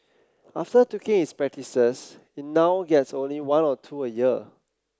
after tweaking its practices it now gets only one or two a year